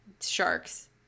sharks